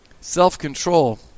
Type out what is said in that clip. Self-control